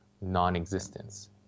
non-existence